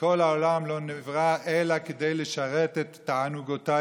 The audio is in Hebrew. שכל העולם לא נברא אלא כדי לשרת את תענוגותיי